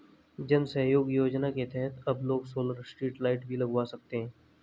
जन सहयोग योजना के तहत अब लोग सोलर स्ट्रीट लाइट भी लगवा सकते हैं